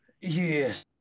Yes